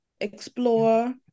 explore